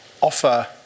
offer